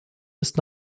ist